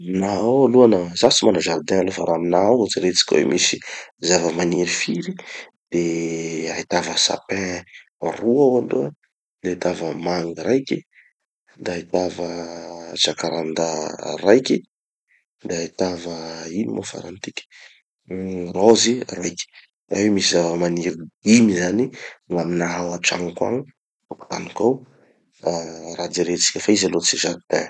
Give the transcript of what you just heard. Na ao aloha na, zaho tsy mana jardin aloha fa raha aminaha ao gny jeretsika hoe misy zava-maniry firy de ahitava sapin roa ao aloha, de ahitava mangy raiky, de ahitava jacarandas raiky, da ahitava ino moa farany tiky, rose raiky. Da io misy zava-maniry dimy zany gn'aminaha ao antragnoko agny, antokotaniko ao, ah raha jeretsika fa izy aloha tsy jardin.